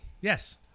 yes